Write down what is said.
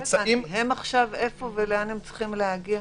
לא הבנתי איפה הם עכשיו ולאן הם צריכים להגיע.